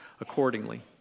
accordingly